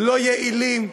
לא יעילים,